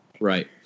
Right